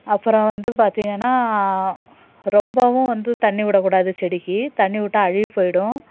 அப்புறம் வந்து பார்த்தீங்கன்னா ரொம்பவும் வந்து தண்ணி விடக்கூடாது செடிக்கு தண்ணி விட்டா அழுவி போயிடும்